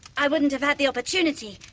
i wouldn't have had the opportunity.